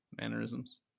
mannerisms